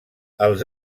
els